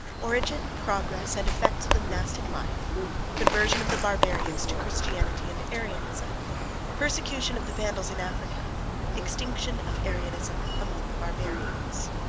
origin progress, and effects of the monastic life conversion of the barbarians to christianity and arianism persecution of the vandals in africa extinction of arianism among the barbarians.